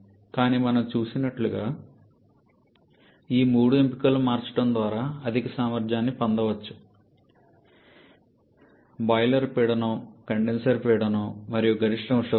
కానీ మనం చూసినట్లుగా ఈ మూడు ఎంపికలను మార్చడం ద్వారా అధిక సామర్థ్యాన్ని పొందవచ్చు బాయిలర్ పీడనం కండెన్సర్ పీడనం మరియు గరిష్ట ఉష్ణోగ్రత